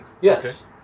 Yes